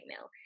now